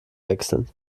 wechseln